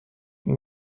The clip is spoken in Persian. این